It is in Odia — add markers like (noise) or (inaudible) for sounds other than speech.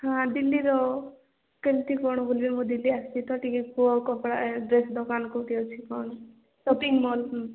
ହଁ ଦିଲ୍ଲୀ ର କେମିତି କ'ଣ ବୁଲିବ (unintelligible) ଦିଲ୍ଲୀ ଆସିଛି ତ ଟିକେ କୁହ କପଡ଼ା ଡ୍ରେସ୍ ଦୋକାନ୍ କେଉଁଠି ଅଛି କ'ଣ ସପିଂ ମଲ୍ ହଁ